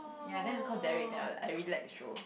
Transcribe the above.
ya then call Derrick then I really like the show